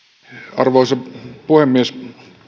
arvoisa puhemies